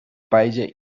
paige